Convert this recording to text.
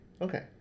Okay